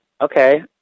okay